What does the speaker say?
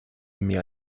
mir